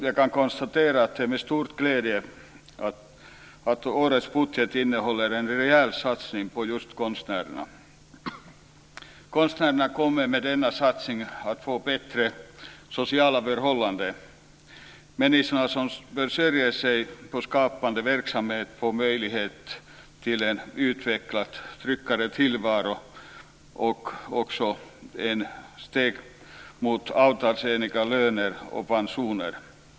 Jag kan med stor glädje konstatera att årets budget innehåller en rejäl satsning på just konstnärerna. Konstnärerna kommer med denna satsning att få bättre sociala förhållanden. De som försörjer sig på skapande verksamhet får möjlighet till en utvecklad och tryggare tillvaro. Detta är ett steg på vägen till avtalsenliga löner och pensioner.